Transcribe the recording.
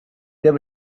there